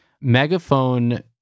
Megaphone